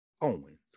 Owens